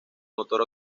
motor